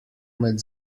med